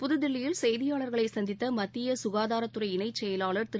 புதுதில்லியில் செய்தியாளர்களை சந்தித்த மத்திய சுகாதாரத்துறை இணைச் செயலாளர் திரு